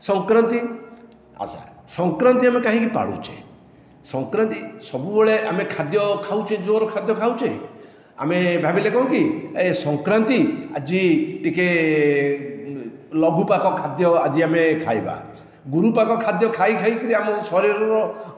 ସଂକ୍ରାନ୍ତି ଆଛା ସଂକ୍ରାନ୍ତି ଆମେ କାହିଁକି ପାଳୁଛେ ସଂକ୍ରାନ୍ତି ସବୁବେଳେ ଆମେ ଖାଦ୍ୟ ଖାଉଛେ ଜୋର ଖାଦ୍ୟ ଖାଉଛେ ଆମେ ଭାବିଲେ କଣ କି ସଂକ୍ରାନ୍ତି ଆଜି ଟିକିଏ ଲଘୁପାକ ଖାଦ୍ୟ ଆଜି ଆମେ ଖାଇବା ଗୁରୁପାକ ଖାଦ୍ୟ ଖାଇ ଖାଇକି ଆମ ଶରୀରର